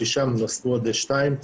נוספו עוד שניים,